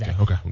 okay